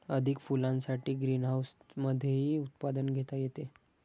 अधिक फुलांसाठी ग्रीनहाऊसमधेही उत्पादन घेता येते